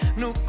no